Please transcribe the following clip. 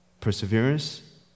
Perseverance